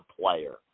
player